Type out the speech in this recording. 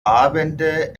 abende